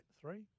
Three